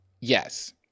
Yes